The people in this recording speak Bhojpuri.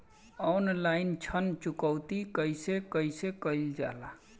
ऑनलाइन ऋण चुकौती कइसे कइसे कइल जाला?